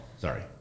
sorry